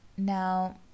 Now